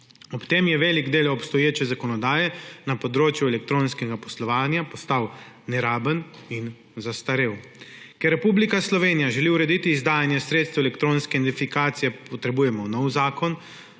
Ob tem je velik del obstoječe zakonodaje na področju elektronskega poslovanja postal neraben in zastarel. Ker Republika Slovenija želi urediti izdajanje sredstev elektronske identifikacije, potrebujemo nov zakon